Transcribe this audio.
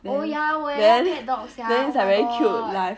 oh ya 我也要 pet dog sia oh my god